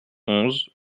onze